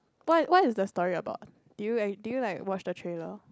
why what is the story about do you actually~ do you like watch the trailer